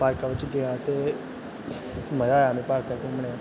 पार्का बिच्च गेआ ते मजा आया मिगी पार्क च घुम्मने दा